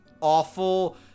awful